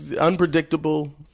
Unpredictable